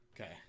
Okay